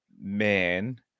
man